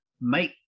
make